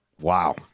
wow